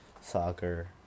soccer